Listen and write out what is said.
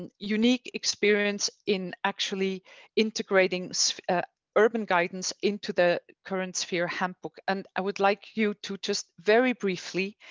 and unique experience in actually integrating urban gardens into the current sphere handbook. and i would like you to just very briefly